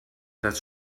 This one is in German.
das